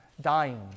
Dying